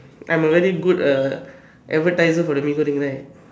I'm a very good uh advertiser for the Mee-Goreng right